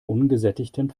ungesättigten